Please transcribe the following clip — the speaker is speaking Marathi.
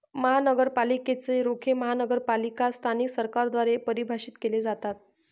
महानगरपालिकेच रोखे महानगरपालिका स्थानिक सरकारद्वारे परिभाषित केले जातात